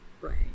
Right